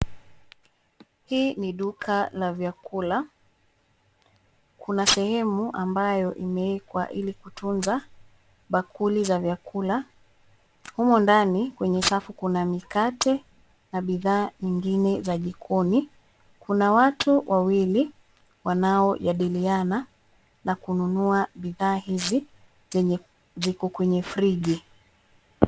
Hii ni duka la vyakula. Kuna sehemu ambayo imeekwa ili kutunza bakuli za vyakula. Humo ndani, kwenye safu kuna mikate, na bidhaa nyingine za jikoni. Kuna watu wawili wanaojadiliana na kununua bidhaa hizi, zenye ziko kwenye friji.